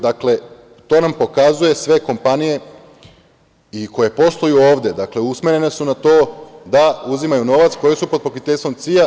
Dakle, to nam pokazuje, sve kompanije i koje posluju ovde, dakle, usmerene su na to da uzimaju novac, koje su pod pokroviteljstvom CIA.